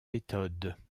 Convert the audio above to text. méthodes